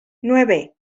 nueve